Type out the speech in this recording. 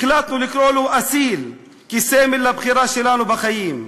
החלטנו לקרוא לו אסיל, כסמל לבחירה שלנו בחיים.